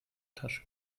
tasche